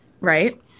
right